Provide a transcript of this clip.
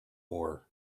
ore